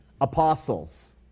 apostles